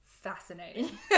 fascinating